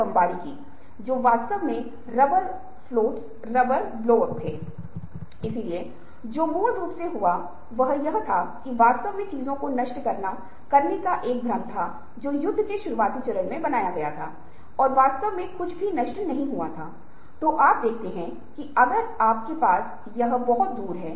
जब आप कहते हैं कि कुछ सोच गहन है तो समस्या को सुलझाने के इरादे एक विशेष स्थिति पर केंद्रित है